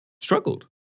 struggled